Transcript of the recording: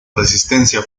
resistencia